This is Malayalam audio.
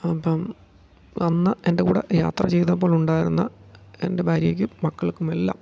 അപ്പം അന്ന് എൻ്റെ കൂടെ യാത്ര ചെയ്തപ്പോൾ ഉണ്ടായിരുന്ന എൻ്റെ ഭാര്യയ്ക്കും മക്കൾക്കും എല്ലാം